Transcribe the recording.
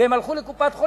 והם הלכו לקופת-חולים,